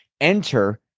enter